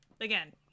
again